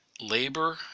labor